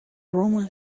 roman